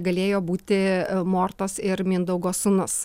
galėjo būti mortos ir mindaugo sūnus